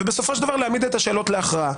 ובסופו של דבר להעמיד את השאלות להכרעה.